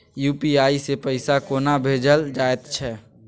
UPI सँ पैसा कोना भेजल जाइत छै?